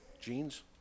jeans